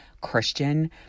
Christian